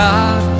God